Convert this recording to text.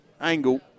angle